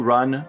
Run